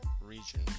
region